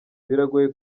biragoye